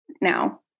Now